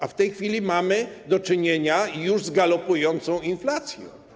A w tej chwili mamy do czynienia już z galopującą inflacją.